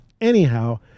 Anyhow